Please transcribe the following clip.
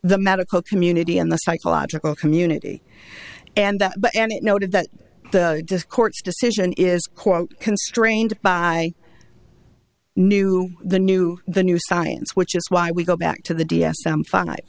the medical community and the psychological community and but any noted that just court's decision is quote constrained by new the new the new science which is why we go back to the d s m fi